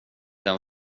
den